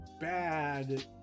bad